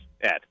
Ed